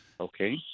Okay